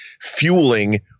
fueling